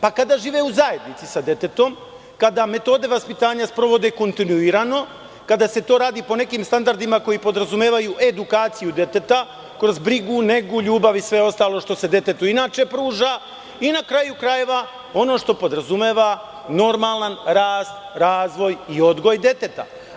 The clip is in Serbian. Pa, kada žive u zajednici sa detetom, kada metode vaspitanja sprovode kontinuirano, kada se to radi po nekim standardima koji podrazumevaju edukaciju deteta, kroz brigu, negu, ljubav i sve ostalo što se detetu inače pruža i, na kraju krajeva, ono što podrazumeva normalan rast, razvoj i odgoj deteta.